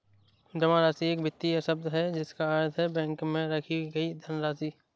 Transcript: जमा राशि एक वित्तीय शब्द है जिसका अर्थ है बैंक में रखी गई धनराशि